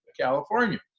California